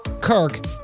Kirk